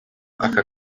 aka